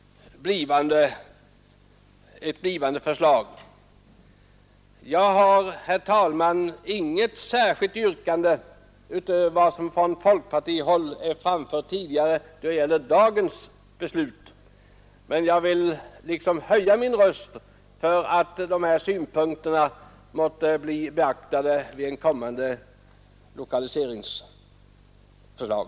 Jag har, herr talman, inget särskilt yrkande utöver vad som från folkpartihåll framförts tidigare, när det gäller dagens beslut, men jag vill liksom höja min röst för att dessa synpunkter måtte bli beaktade i ett kommande lokaliseringsförslag.